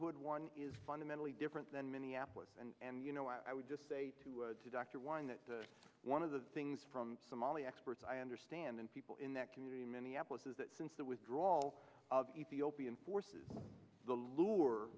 hood one is fundamentally different than minneapolis and and you know i would just say two to dr one that one of the things from somalia experts i understand and people in that community in minneapolis is that since the withdrawal of ethiopian forces the lure